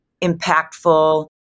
impactful